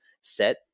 set